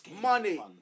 Money